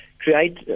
create